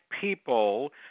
people